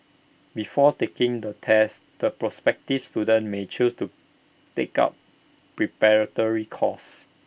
before taking the test the prospective students may choose to take up preparatory course